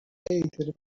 تلفنت